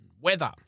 weather